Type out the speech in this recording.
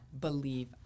believe